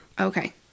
Okay